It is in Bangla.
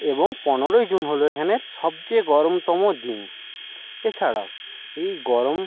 এবং পনেরোই জুন হলো এখানের সবচেয়ে গরমতম দিন এছাড়া এই গরম